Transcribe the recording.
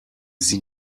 sie